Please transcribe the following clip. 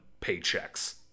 paychecks